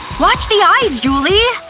watch the eyes, julie.